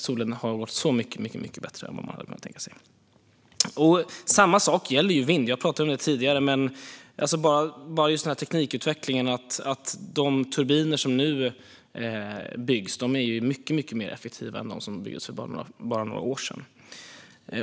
Solen har gått mycket bättre än vad man hade kunnat tänka sig. Samma sak gäller vind, som jag talade om tidigare. Ta bara teknikutvecklingen! De turbiner som nu byggs är mycket mer effektiva än dem som byggdes för bara några år sedan.